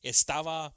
Estaba